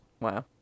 Wow